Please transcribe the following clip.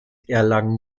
erlangen